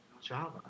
Java